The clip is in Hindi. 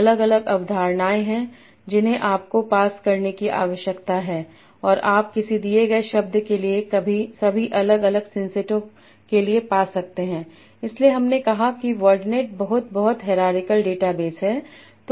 अलग अलग अवधारणाएं हैं जिन्हें आपको पास करने की आवश्यकता है और आप किसी दिए गए शब्द के लिए सभी अलग अलग सिंसेटों के लिए पा सकते हैं इसलिए हमने कहा कि वर्डनेट बहुत बहुत हैरारिकल डेटाबेस है